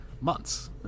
months